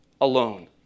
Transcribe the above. alone